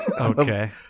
okay